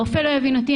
הרופא לא יבין אותי,